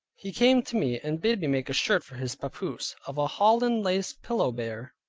he came to me and bid me make a shirt for his papoose, of a holland-laced pillowbere.